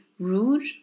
rude